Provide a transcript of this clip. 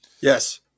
yes